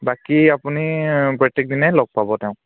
বাকী আপুনি প্ৰত্যেক দিনাই লগ পাব তেওঁক